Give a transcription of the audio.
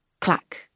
Clack